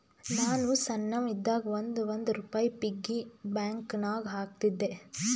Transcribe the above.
ನಾನು ಸಣ್ಣವ್ ಇದ್ದಾಗ್ ಒಂದ್ ಒಂದ್ ರುಪಾಯಿ ಪಿಗ್ಗಿ ಬ್ಯಾಂಕನಾಗ್ ಹಾಕ್ತಿದ್ದೆ